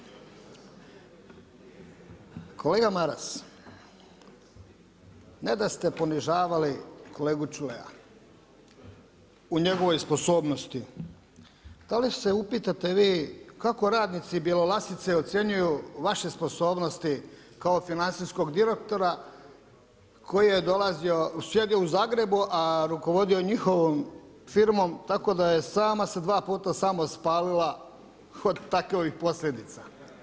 Kolega Maras, ne da ste ponižavali kolegu Čuraja u njegovoj sposobnosti, da li se upitate vi kako radnici Bjelolasice ocjenjuju vaše sposobnosti kao financijskog direktora koji je sjedio u Zagrebu rukovodio njihovom firmom tako da je sama se dva puta spalila od takvih posljedica?